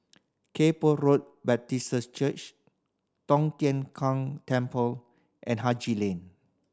Kay Poh Road Baptist Church Tong Tien Kung Temple and Haji Lane